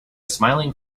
smiling